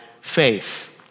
faith